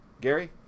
Gary